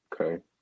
Okay